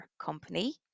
company